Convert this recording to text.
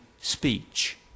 speech